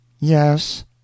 Yes